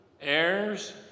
heirs